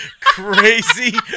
crazy